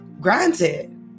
granted